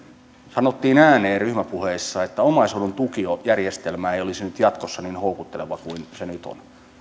sanottiin ääneen että omaishoidon tukijärjestelmä ei olisi jatkossa niin houkutteleva kuin se nyt on